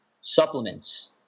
supplements